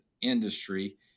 industry